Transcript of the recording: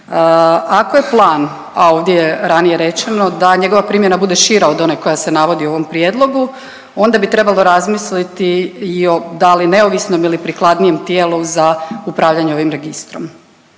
Ako je plan, a ovdje je ranije rečeno da njegova primjena bude šire od one koja se navodi u ovom prijedlogu. Onda bi trebalo razmisliti i o, da li neovisnom ili prikladnijem tijelu za upravljanje ovim registrom.